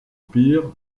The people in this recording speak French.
pires